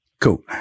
Cool